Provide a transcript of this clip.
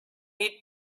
eat